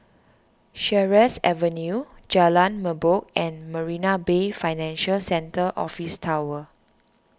Sheares Avenue Jalan Merbok and Marina Bay Financial Centre Office Tower